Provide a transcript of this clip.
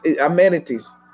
amenities